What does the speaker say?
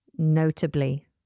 notably